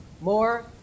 more